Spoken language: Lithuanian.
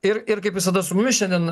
ir ir kaip visada su mumis šiandien